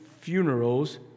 funerals